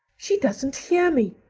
she doesn't hear me!